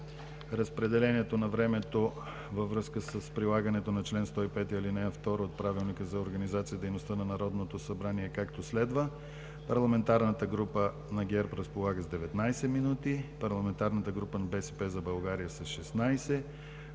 Разпределението на времето във връзка с прилагането на чл. 105, ал. 2 от Правилника за организацията и дейността на Народното събрание е, както следва: парламентарната група на ГЕРБ разполага с 19 минути; парламентарната група на „БСП за България“ – с 16 минути;